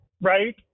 right